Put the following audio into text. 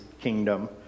kingdom